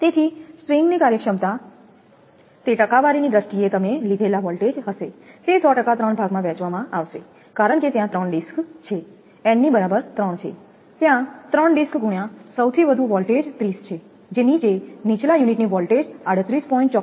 તેથી સ્ટ્રિંગની કાર્યક્ષમતા તે ટકાવારીની દ્રષ્ટિએ તમે લીધેલા વોલ્ટેજ હશે તે 100 ટકા ત્રણ ભાગમાં વહેંચવામાં આવશે હશેકારણકે ત્યાં 3 ડિસ્ક છે n ની બરાબર 3 છે ત્યાં 3 ડિસ્ક ગુણ્યા સૌથી વધુ વોલ્ટેજ 30 છે જે નીચેનીચલા યુનિટની વોલ્ટેજ 38